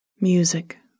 Music